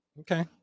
Okay